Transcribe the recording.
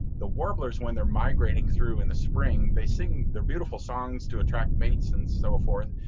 the warblers, when they're migrating through in the spring, they sing their beautiful songs to attract mates and so forth.